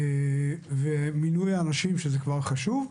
ומינוי האנשים,